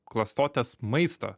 klastotes maisto